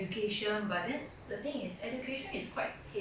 singapore citizens ah P_R I'm not too sure